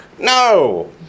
No